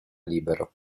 libero